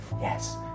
Yes